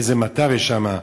איזה מטר יש שם,